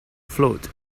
float